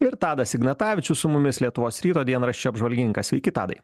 ir tadas ignatavičius su mumis lietuvos ryto dienraščio apžvalgininkas sveiki tadai